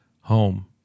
Home